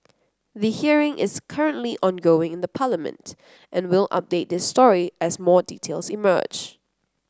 the hearing is currently ongoing in Parliament and we'll update this story as more details emerge